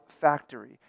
factory